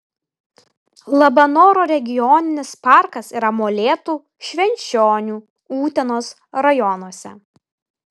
labanoro regioninis parkas yra molėtų švenčionių utenos rajonuose